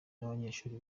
n’abanyeshuri